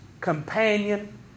companion